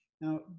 Now